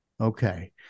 Okay